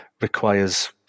requires